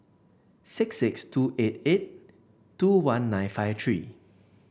six six two eight eight two one nine five three